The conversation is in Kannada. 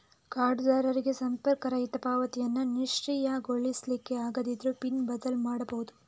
ಕಾರ್ಡುದಾರರಿಗೆ ಸಂಪರ್ಕರಹಿತ ಪಾವತಿಯನ್ನ ನಿಷ್ಕ್ರಿಯಗೊಳಿಸ್ಲಿಕ್ಕೆ ಆಗದಿದ್ರೂ ಪಿನ್ ಬದಲು ಮಾಡ್ಬಹುದು